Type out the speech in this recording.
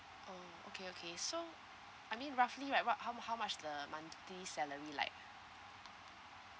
oh okay okay so I mean roughly like what how how much the monthly salary like